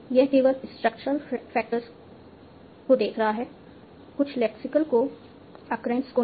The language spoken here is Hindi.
यह केवल स्ट्रक्चरल फैक्टर्स को देख रहा है कुछ लैक्सिकल को अक्रेंस को नहीं